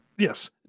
Yes